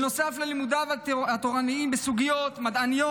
נוסף ללימודיו התורניים, בסוגיות מדעיות,